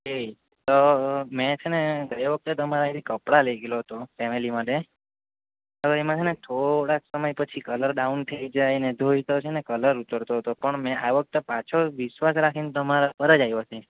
okay તો મેં છે ને ગયા વખતે તમારા અહીંથી કપડા લઈ ગયેલો હતો ફેમિલી માટે પણ એમાં છે ને થોડાક સમય પછી કલર ડાઉન થઈ જાય ને ધોઈને તો છે ને કલર ઉતરતો હતો તો પણ મેં આ વખત પાછો વિશ્વાસ રાખીને તમારા પર જ આવ્યો છું